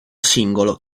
singolo